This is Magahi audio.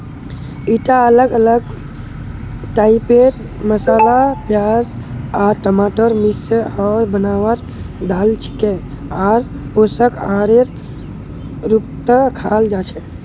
ईटा अलग अलग टाइपेर मसाला प्याज आर टमाटरेर मिश्रण स बनवार दाल छिके आर पोषक आहारेर रूपत खाल जा छेक